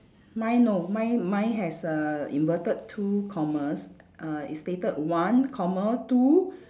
mine no mine mine has err inverted two commas uh it's stated one comma two